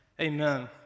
Amen